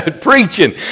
preaching